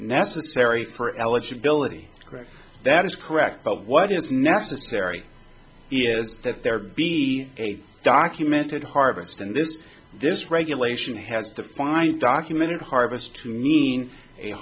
necessary for eligibility correct that is correct but what is necessary is that there be a documented harvest and this this regulation has defined documented harvest to mean a